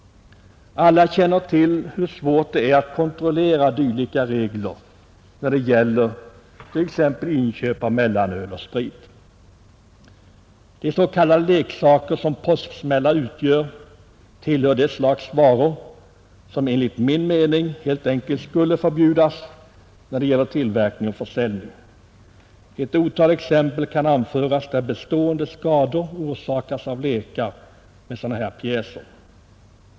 Alla känner till hur svårt det är att kontrollera dylika regler när det gäller t. ex inköp av mellanöl och sprit. De s. k, leksaker som påsksmällar utgör tillhör det slags varor som man enligt min uppfattning helt enkelt skulle förbjuda tillverkning och försäljning av. Ett otal exempel kan anföras där bestående skador orsakats av lekar med sådana pjäser.